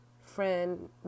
friend